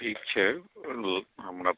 ठीक छै लोक हमरा